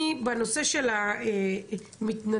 אני בנושא של המתנדבים,